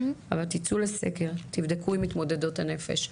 אבל תצאו לסקר, תבדקו עם מתמודדות הנפש.